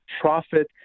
profit